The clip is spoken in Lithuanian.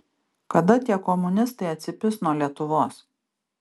kada tie komunistai atsipis nuo lietuvos